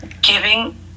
giving